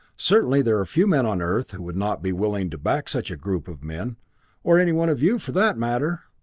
certainly there are few men on earth who would not be willing to back such a group of men or any one of you, for that matter!